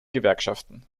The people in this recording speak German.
gewerkschaften